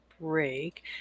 break